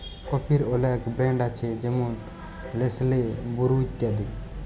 কফির অলেক ব্র্যাল্ড আছে যেমল লেসলে, বুরু ইত্যাদি